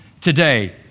today